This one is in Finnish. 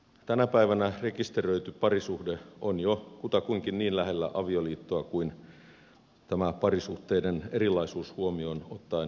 tänä päivänä rekisteröity parisuhde on jo kutakuinkin niin lähellä avioliittoa kuin tämä parisuhteiden erilaisuus huomioon ottaen on mahdollista